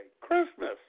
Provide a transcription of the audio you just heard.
Christmas